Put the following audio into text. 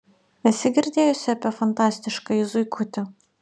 esi girdėjusi apie fantastiškąjį zuikutį